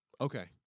Okay